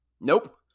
Nope